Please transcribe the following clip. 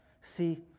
See